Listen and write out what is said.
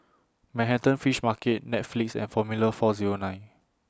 Manhattan Fish Market Netflix and Formula four Zero nine